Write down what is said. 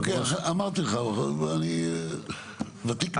אמרתי לך, אני ותיק ממך.